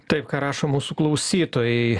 taip ką rašo mūsų klausytojai